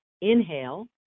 inhale